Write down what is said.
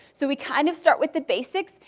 so we kind of start with the basics,